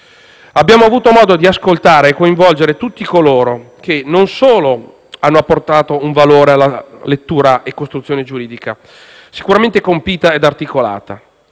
Abbiamo avuto modo di ascoltare e coinvolgere tutti coloro che non solo hanno apportato un valore alla lettura e costruzione giuridica, sicuramente compita ed articolata,